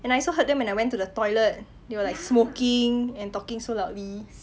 and I also heard them when I went to the toilet they were like smoking and talking so loudly